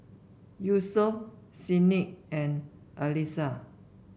Yusuf Senin and Alyssa